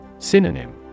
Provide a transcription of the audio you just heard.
Synonym